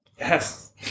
Yes